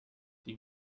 die